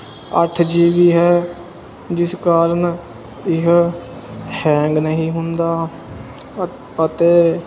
ਅੱਠ G B ਹੈ ਜਿਸ ਕਾਰਨ ਇਹ ਹੈਂਗ ਨਹੀਂ ਹੁੰਦਾ ਅਤੇ